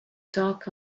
dark